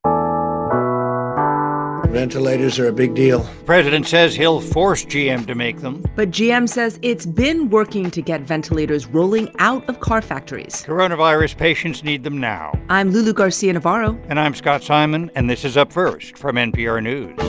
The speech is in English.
um ah ventilators are a big deal the president says he'll force gm to make them but gm says it's been working to get ventilators rolling out of car factories coronavirus patients need them now i'm lulu garcia-navarro and i'm scott simon. and this is up first from npr news